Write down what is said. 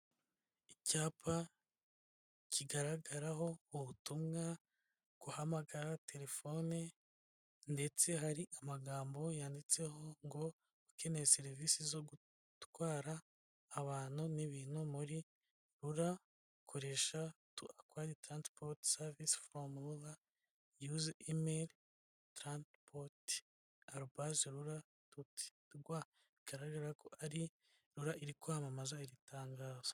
Icyapa kigaragaraho ubutumwa, guhamagara, telefone ndetse hari amagambo yanditseho ngo ukeneye serivisi zo gutwara abantu n'ibintu muri RURA koresha to aquire transport service form RURA use: email transport@rura.rw bigaragara ko ari RURA iri kwamamaza iri tangazo.